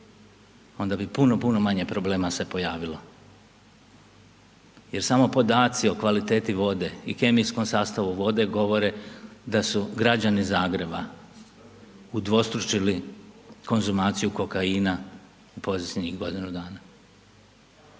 onda bi puno, puno manje problema se pojavilo jer samo podaci o kvaliteti vode i kemijskom sastavu vode, govore da su građani Zagreba udvostručili konzumaciju kokaina u posljednjih godinu dana.